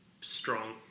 strong